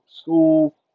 school